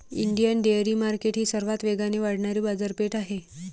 Indian dairy market ही सर्वात वेगाने वाढणारी बाजारपेठ आहे